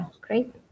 Great